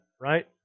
right